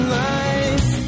life